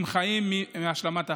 הם חיים מהשלמת הכנסה.